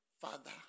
father